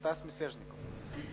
סטס מיסז'ניקוב,